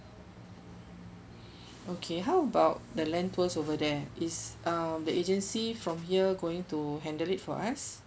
okay how about the land tours over there is uh the agency from here going to handle it for us